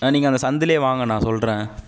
ஆ நீங்கள் அந்த சந்தில் வாங்க நான் சொல்கிறேன்